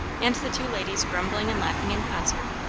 and the two ladies grumbling and laughing in concert.